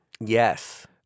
yes